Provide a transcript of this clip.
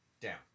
down